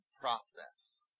process